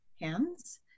hands